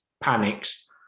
panics